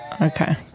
Okay